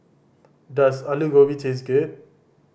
does Alu Gobi taste good